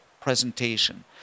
presentation